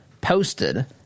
posted